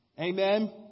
Amen